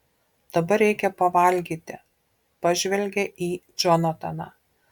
dabar reikia pavalgyti pažvelgia į džonataną